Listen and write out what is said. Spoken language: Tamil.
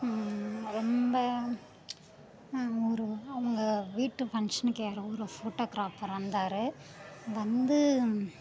ரொம்ப ஒரு அவங்க வீட்டு ஃபங்க்ஷனுக்கு யாரோ ஒரு ஃபோட்டோகிராபர் வந்தார் வந்து